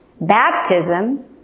baptism